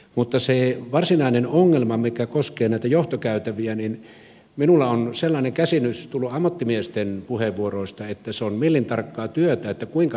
mutta siitä varsinaisesta ongelmasta mikä koskee näitä johtokäytäviä minulle on sellainen käsitys tullut ammattimiesten puheenvuoroista että se on millintarkkaa työtä kuinka leveä se on